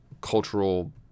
cultural